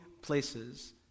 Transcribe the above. places